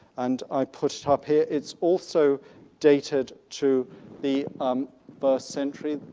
and i put it up here. it's also dated to the first century,